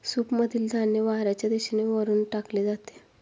सूपमधील धान्य वाऱ्याच्या दिशेने वरून टाकले जाते